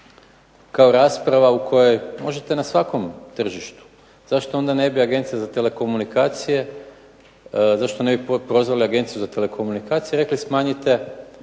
kao rasprava u kojoj možete na svakom tržištu. Zašto onda ne bi Agencija za telekomunikacije, zašto ne bi prozvali Agenciju za telekomunikacije i rekli smanjite